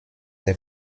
der